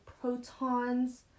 protons